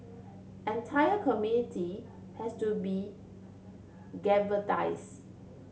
entire community has to be